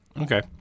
Okay